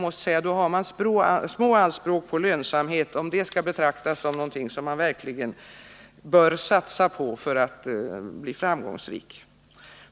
Om det betraktas som någonting som man verkligen kan satsa på för att bli framgångsrik, då har man små anspråk på lönsamhet!